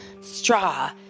Straw